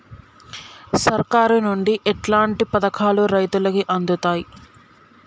సర్కారు నుండి ఎట్లాంటి పథకాలు రైతులకి అందుతయ్?